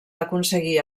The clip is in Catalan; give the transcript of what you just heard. aconseguir